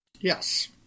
yes